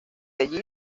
allí